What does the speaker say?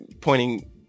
pointing